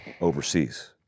overseas